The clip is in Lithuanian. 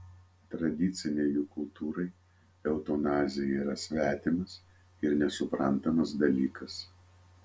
tradicinei jų kultūrai eutanazija yra svetimas ir nesuprantamas dalykas